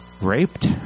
raped